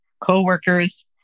coworkers